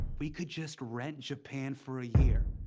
we could just rent japan for a year.